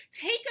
Take